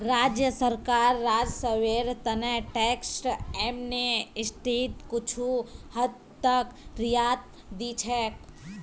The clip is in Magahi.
राज्य सरकार राजस्वेर त न टैक्स एमनेस्टीत कुछू हद तक रियायत दी छेक